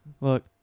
look